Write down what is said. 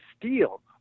steel